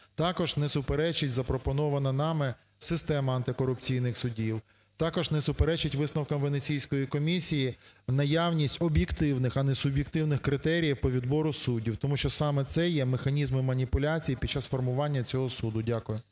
Також не суперечить запропонована нами система антикорупційних судів. Також не суперечить висновкам Венеційської комісії наявність об'єктивних, а не суб'єктивних критеріїв по відбору суддів. Тому що саме це є механізмом маніпуляцій під час формування цього суду. Дякую.